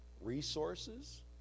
resources